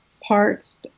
parts